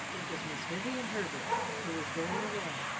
it was miss vivian herbert, who was going away,